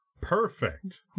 Perfect